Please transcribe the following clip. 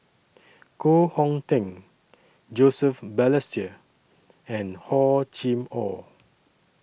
Koh Hong Teng Joseph Balestier and Hor Chim Or